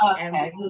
Okay